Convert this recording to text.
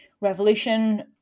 Revolution